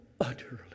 utterly